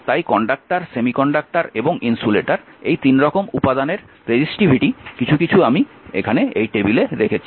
তাই conductor semiconductor এবং insulator এই তিন রকম উপাদানের রেসিসটিভিটি কিছু কিছু আমি এখানে এই টেবিলে রেখেছি